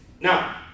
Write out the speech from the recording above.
Now